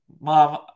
mom